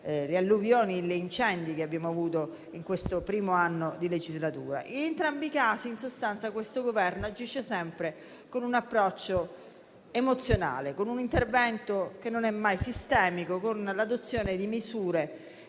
le alluvioni e gli incendi che abbiamo avuto in questo primo anno di legislatura. In entrambi i casi, in sostanza, questo Governo agisce sempre con un approccio emozionale, con un intervento che non è mai sistemico; con l'adozione di misure